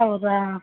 ಹೌದಾ